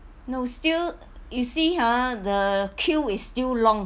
no still you see ah the queue is still long